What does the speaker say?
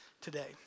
today